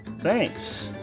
Thanks